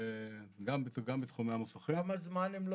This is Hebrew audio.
גם בתחומי המוסכים.